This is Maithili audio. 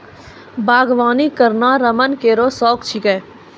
बागबानी करना रमन केरो शौक छिकै